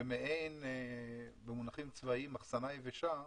במעין "אחסנה יבשה"